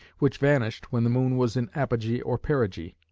which vanished when the moon was in apogee or perigee.